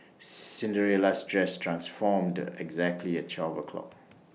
Cinderella's dress transformed exactly at twelve o'clock